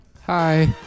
Hi